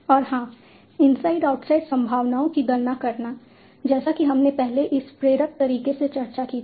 और हाँ inside outside संभावनाओं की गणना करना जैसा कि हमने पहले इस प्रेरक तरीके से चर्चा की थी